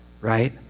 right